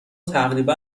تقریبا